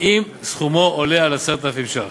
אם סכומו עולה על 10,000 ש"ח.